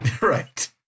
Right